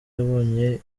yabonye